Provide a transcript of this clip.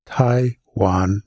Taiwan